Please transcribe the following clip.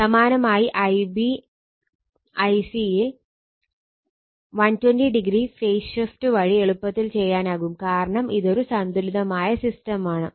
സമാനമായി Ib Ic യിൽ 120o phase shift വഴി എളുപ്പത്തിൽ ചെയ്യാനാകും കാരണം ഇതൊരു സന്തുലിതമായ സിസ്റ്റം ആണ്